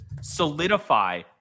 solidify